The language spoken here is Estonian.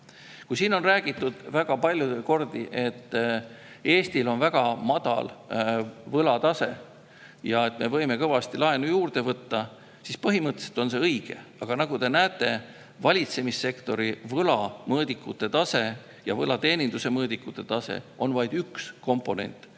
Siin on väga palju kordi räägitud, et Eestil on väga madal võlatase ja me võime kõvasti laenu juurde võtta. Põhimõtteliselt on see õige. Aga nagu te näete, valitsemissektori võla ja võlateeninduse mõõdikute tase on vaid üks komponent,